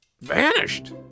vanished